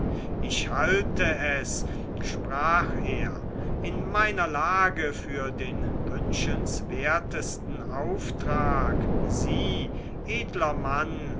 ich halte es sprach er in meiner lage für den wünschenswertesten auftrag sie edler mann